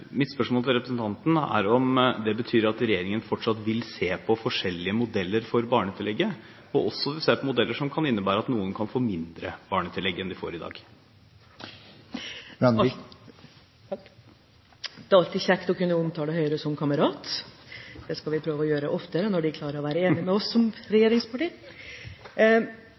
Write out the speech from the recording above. Mitt spørsmål til representanten er om det betyr at regjeringen fortsatt vil se på forskjellige modeller for barnetillegget og se på modeller som kan innebære at noen kan få mindre barnetillegg enn de får i dag. Det er alltid kjekt å kunne omtale Høyre som kamerat, det skal vi prøve å gjøre oftere, når de klarer å være enige med oss som regjeringsparti.